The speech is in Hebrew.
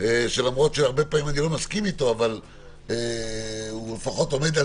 שלמרות שהרבה פעמים אני לא מסכים אתו אבל הוא לפחות עומד על